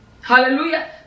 Hallelujah